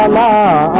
um la